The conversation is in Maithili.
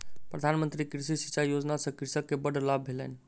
प्रधान मंत्री कृषि सिचाई योजना सॅ कृषक के बड़ लाभ भेलैन